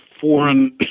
foreign